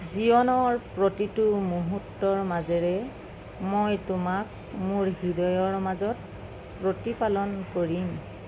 জীৱনৰ প্ৰতিটো মুহূৰ্তৰ মাজেৰে মই তোমাক মোৰ হৃদয়ৰ মাজত প্ৰতিপালন কৰিম